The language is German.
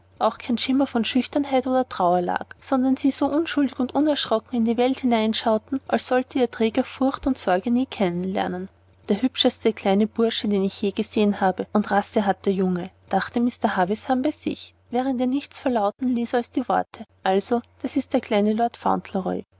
auch kein schimmer von schüchternheit oder trauer lag sondern sie so unschuldig und unerschrocken in die welt hineinschauten als sollte ihr träger furcht und sorge nie kennen lernen der hübscheste kleine bursche den ich je gesehen habe und rasse hat der junge dachte mr havisham bei sich während er nichts verlauten ließ als die worte also das ist der kleine lord fauntleroy